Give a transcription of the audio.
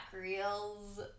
Reels